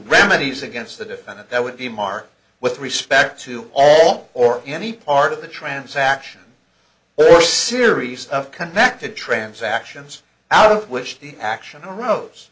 remedies against the defendant that would be marked with respect to all or any part of the transaction or series of connected transactions out of wish the action